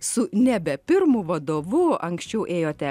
su nebe pirmu vadovu anksčiau ėjote